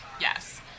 yes